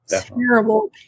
terrible